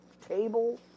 table